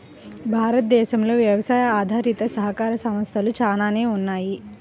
భారతదేశంలో వ్యవసాయ ఆధారిత సహకార సంస్థలు చాలానే ఉన్నాయి